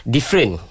Different